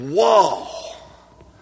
Whoa